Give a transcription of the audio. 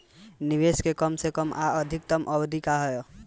निवेश के कम से कम आ अधिकतम अवधि का है?